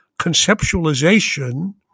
conceptualization